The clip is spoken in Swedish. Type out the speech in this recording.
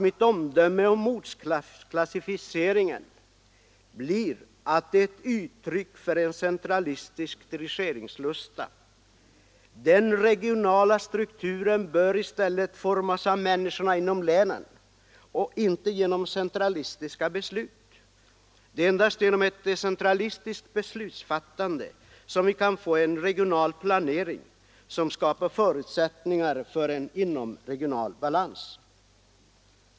Mitt omdöme om ortsklassificeringen blir att den är ett uttryck för en centralistisk dirigeringslusta. Den regionala strukturen bör formas av människorna inom länen och inte genom centralistiska beslut. Det är endast genom ett decentralistiskt beslutsfattande som vi kan få en regional planering som skapar förutsättningar för en inomregional balans.